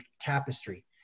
tapestry